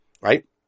right